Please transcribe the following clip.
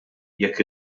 jekk